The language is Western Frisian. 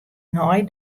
nei